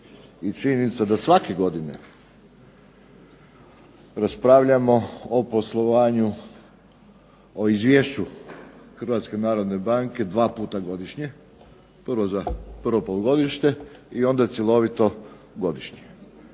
i činjenica da svake godine raspravljamo o poslovanju, o Izvješću Hrvatske narodne banke dva puta godišnje – prvo za prvo polugodište i onda cjelovito godišnje.